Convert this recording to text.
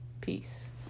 Peace